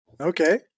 Okay